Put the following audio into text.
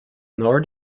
nor